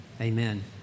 Amen